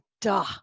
duh